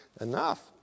enough